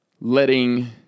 letting